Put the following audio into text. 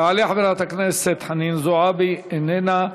תעלה חברת הכנסת חנין זועבי, איננה.